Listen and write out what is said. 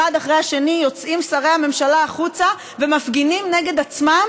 אחד אחרי השני יוצאים שרי הממשלה החוצה ומפגינים נגד עצמם